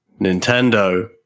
Nintendo